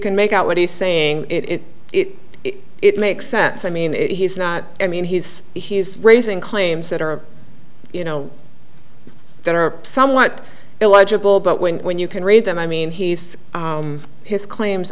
can make out what he's saying it it it makes sense i mean if he's not i mean he's he's raising claims that are you know that are somewhat illegible but when when you can read them i mean he's his claims